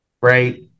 Right